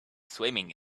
swimming